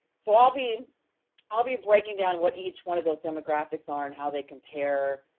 so, i'll be i'll be breaking down what each one of those demographics are and how they compare,